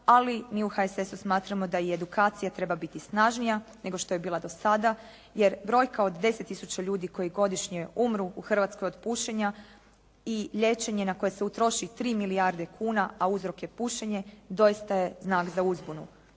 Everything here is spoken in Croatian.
ali mi u HSS-u smatramo da i edukacija treba biti snažnija nego što je bila do sada. Jer brojka od 10000 ljudi koji godišnje umru u Hrvatskoj od pušenja i liječenje na koje se utroši 3 milijarde kuna, a uzrok je pušenje doista je znak za uzbunu.